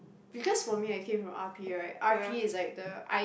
because for me I came from R_P right R_P is like the I